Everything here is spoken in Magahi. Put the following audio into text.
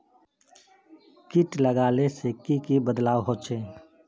किट लगाले से की की बदलाव होचए?